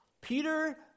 peter